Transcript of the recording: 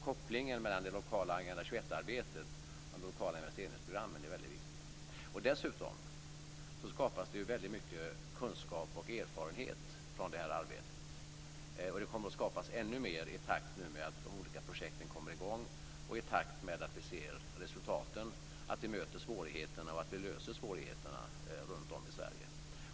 Kopplingen mellan det lokala Agenda 21-arbetet och de lokala investeringsprogrammen är väldigt viktig. Dessutom skapas det ju väldigt mycket kunskap och erfarenhet utifrån det här arbetet, och det kommer att skapas ännu mer nu i takt med att de olika projekten kommer i gång och i takt med att vi ser resultaten och möter och löser svårigheterna runtom i Sverige.